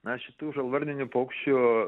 na šitų žalvarninių paukščių